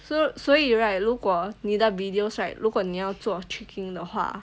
so 所以 right 如果你的 videos right 如果你要做 trekking 的话